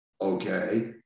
okay